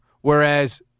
whereas